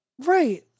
right